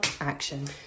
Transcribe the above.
action